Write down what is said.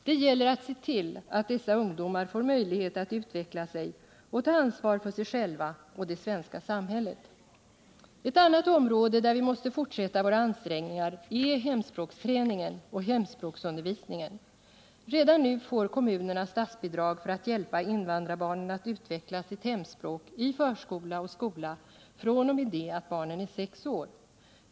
Det gäller att se till att dessa ungdomar får möjlighet att utveckla sig och ta ansvar för sig själva och det svenska samhället. Ett annat område där vi måste fortsätta våra ansträngningar är hemspråksträningen och hemspråksundervisningen. Redan nu får kommunerna statsbidrag för att hjälpa invandrarbarnen att utveckla sitt hemspråk i förskola och skola fr.o.m. det att barnen fyllt sex år.